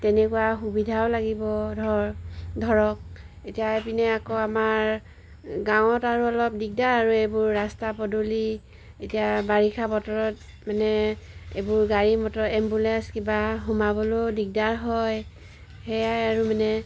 তেনেকুৱা সুবিধাও লাগিব ধৰ ধৰক এতিয়া এই পিনে আকৌ আমাৰ গাঁৱত আৰু অলপ দিগদাৰ আৰু এইবোৰ ৰাস্তা পদূলি এতিয়া বাৰিষা বতৰত মানে এইবোৰ গাড়ী মটৰ এম্বুলেন্স কিবা সোমাবলৈও দিগদাৰ হয় সেয়াই আৰু মানে